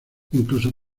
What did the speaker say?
incluso